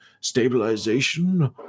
stabilization